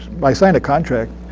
but i signed a contract,